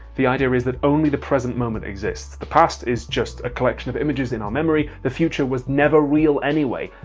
the idea is that only the present moment exists, the past is just a collection of images in our memory, the future was never real anyway.